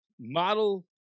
model